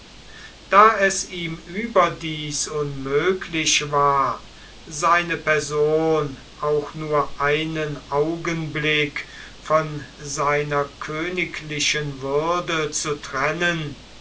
da es ihm überdies unmöglich war seine person auch nur einen augenblick von seiner königlichen würde zu trennen